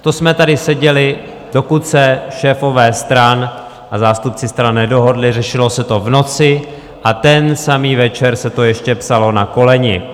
To jsme tady seděli, dokud se šéfové stran a zástupci stran nedohodli, řešilo se to v noci a ten samý večer se to ještě psalo na koleni.